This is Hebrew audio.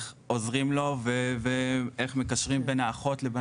עוזרים לו ואיך מקשרים בין האחות ולבין.